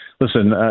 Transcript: Listen